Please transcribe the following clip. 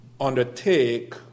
undertake